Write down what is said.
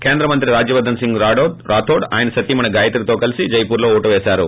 కేంద్ర మంత్రి రాజ్యవర్దస్ సింగ్ రాథోడ్ ఆయన సతీమణి గాయత్రితో కలిసి జైపూర్లో ఓటేశారు